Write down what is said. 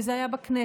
וזה היה בכנסת,